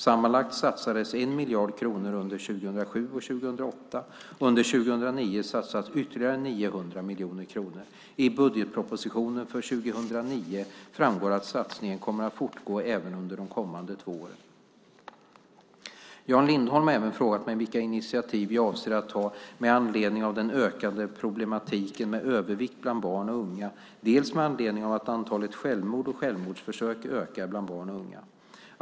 Sammanlagt satsades 1 miljard kronor under 2007 och 2008. Under 2009 satsas ytterligare 900 miljoner kronor. I budgetpropositionen för 2009 framgår att satsningen kommer att fortgå även under de kommande två åren. Jan Lindholm har också frågat mig vilka initiativ jag avser att ta dels med anledning av den ökande problematiken med övervikt bland barn och unga, dels med anledning av att antalet självmord och självmordsförsök ökar bland barn och unga.